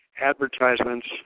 advertisements